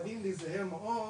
חייבים להיזהר מאוד,